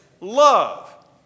love